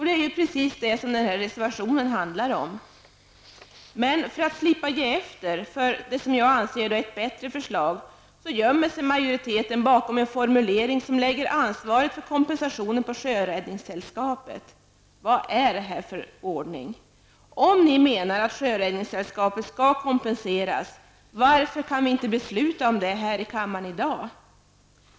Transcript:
Det är precis detta som vår reservation handlar om. För att slippa ge efter för -- som jag anser -- ett bättre förslag, gömmer sig majoriteten bakom en formulering som lägger ansvaret för kompensation på Sjöräddningssällskapet. Vad är det för ordning? Om ni menar att Sjöräddningssällskapet skall kompenseras, varför kan vi då inte besluta om det här i kammaren i dag?